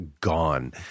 gone